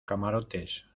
camarotes